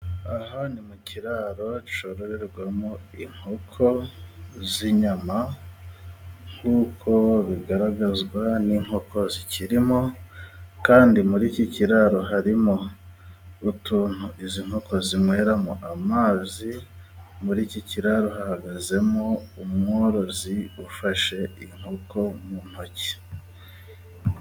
Aha ni mu kiraro cyororerwamo inkoko z'inyama kuko bigaragazwa n'inkoko zikirimo, kandi muri iki kiraro harimo utuntu izi nkoko zinyweramo amazi, muri iki kiraro hahagazemo umworozi ufashe inkoko mu ntoki.